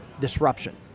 disruption